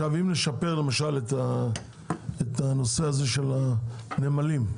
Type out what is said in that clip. נשפר את נושא הנמלים,